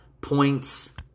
points